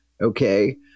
Okay